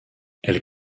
elle